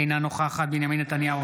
אינה נוכחת בנימין נתניהו,